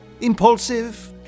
Impulsive